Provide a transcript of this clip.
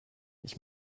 ich